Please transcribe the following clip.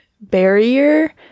barrier